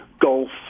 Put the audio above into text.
golf